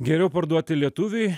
geriau parduoti lietuviui